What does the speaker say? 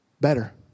better